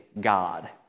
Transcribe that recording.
God